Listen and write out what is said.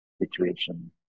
situation